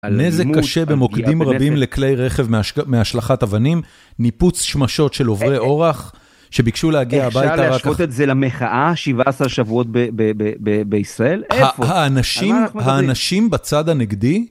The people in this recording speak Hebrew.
נזק קשה במוקדים רבים לכלי רכב מהשלכת אבנים, ניפוץ שמשות של עוברי אורח, שביקשו להגיע הביתה רק... אפשר להשוות את זה למחאה, 17 שבועות בישראל. האנשים בצד הנגדי...